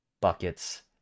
buckets